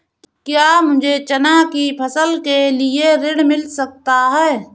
क्या मुझे चना की फसल के लिए ऋण मिल सकता है?